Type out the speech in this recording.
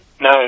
No